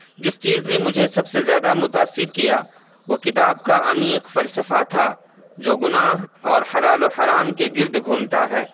جس چیز نے مجھے سب سے زیادہ متاثر کیا وہ کتاب کا عمیق فلسفہ تھا جو گناہ اور حلال و حرام کے گرد گھومتا ہے